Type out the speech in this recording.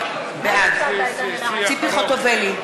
בעד ציפי חוטובלי,